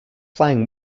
flying